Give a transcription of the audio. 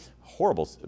horrible